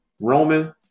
Roman